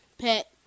pet